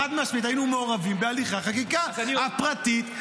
חד-משמעית היינו מעורבים בהליכי החקיקה הפרטית,